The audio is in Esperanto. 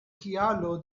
kialo